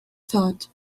thought